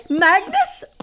Magnus